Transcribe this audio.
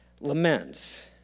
laments